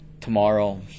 tomorrow